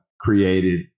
created